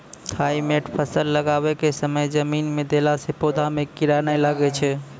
Thimet फ़सल लगाबै के समय जमीन मे देला से पौधा मे कीड़ा नैय लागै छै?